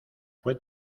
fue